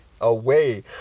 away